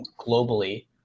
globally